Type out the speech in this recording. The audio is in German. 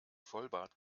vollbart